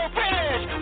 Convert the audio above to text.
finish